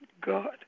God